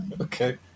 Okay